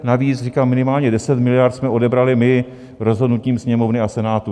Navíc říkám, minimálně 10 miliard jsme odebrali my rozhodnutím Sněmovny a Senátu.